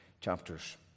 chapters